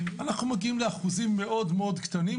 אנחנו מגיעים לאחוזים מאוד-מאוד קטנים,